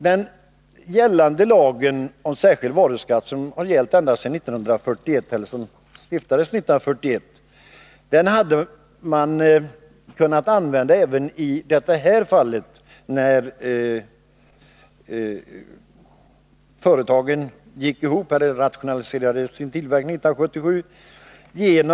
Den gällande lagen om särskild varuskatt, som stiftades 1941, hade kunnat användas även när de berörda företagen slogs samman eller rationaliserade sin tillverkning 1977.